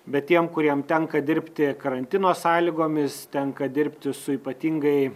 bet tiem kuriem tenka dirbti karantino sąlygomis tenka dirbti su ypatingai